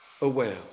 aware